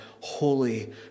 holy